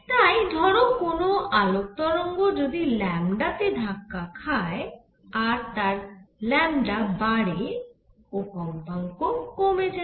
তাই ধরো কোন আলোক তরঙ্গ যদি ল্যামডা তে ধাক্কা খায় আর তার বাড়ে ও কম্পাঙ্ক কমে যায়